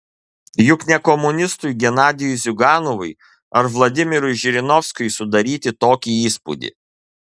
juk ne komunistui genadijui ziuganovui ar vladimirui žirinovskiui sudaryti tokį įspūdį